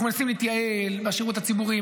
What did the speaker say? אנחנו מנסים להתייעל בשירות הציבורי,